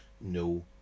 No